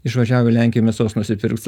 išvažiav į lenkiją mėsos nusipirkti